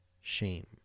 shame